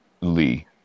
Lee